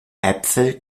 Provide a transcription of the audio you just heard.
äpfel